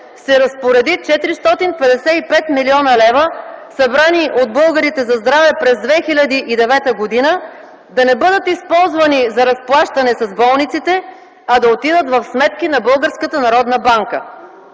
се разпореди 455 млн. лв., събрани от българите за здраве през 2009 г., да не бъдат използвани за разплащане с болниците, а да отидат в сметки на